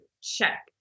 check